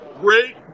great